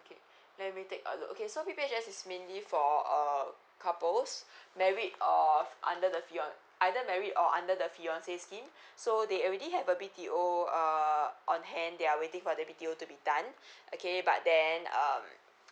okay let me take a look okay so P_P_H_S is mainly for uh couples married or under the fian~ either married or under the fiance scheme so they already have a B_T_O err on hand they are waiting for the B_T_O to be done okay but then um